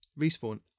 Respawn